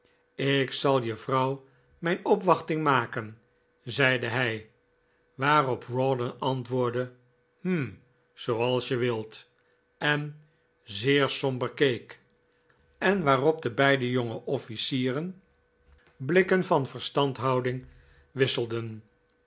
ik zal je vrouw mijn opwachting maken zeide hij waarop rawdon antwoordde hum zooals je wilt en zeer somber keek en waarop de beide jonge officieren blikken van verstandhouding wisselden